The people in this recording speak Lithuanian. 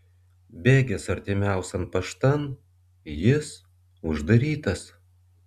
bėgęs artimiausian paštan jis uždarytas